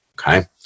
Okay